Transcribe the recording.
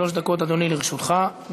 שלוש דקות, אדוני, לרשותך.